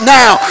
now